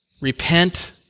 Repent